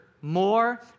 more